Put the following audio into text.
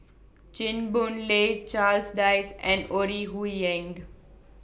Chew Boon Lay Charles Dyce and Ore Huiying